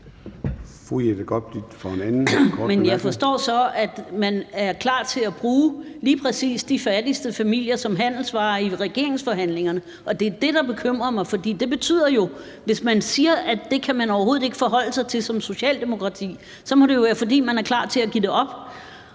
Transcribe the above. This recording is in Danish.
Jeg forstår så, at man er klar til at bruge lige præcis de fattigste familier som en handelsvare i regeringsforhandlingerne, og det er det, der bekymrer mig. For hvis man siger, at det kan man jo overhovedet ikke forholde sig til som Socialdemokrati, så må det jo være, fordi man er klar til at opgive det.